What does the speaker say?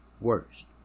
worst